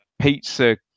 Pizza